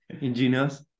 engineers